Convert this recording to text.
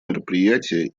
мероприятия